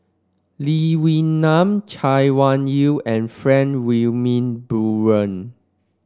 Lee Wee Nam Chay Weng Yew and Frank Wilmin Brewer